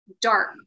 dark